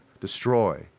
destroy